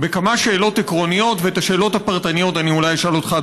בכמה שאלות עקרוניות ואת השאלות הפרטניות אני אולי אשאל אותך,